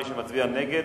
ומי שמצביע נגד,